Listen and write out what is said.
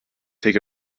take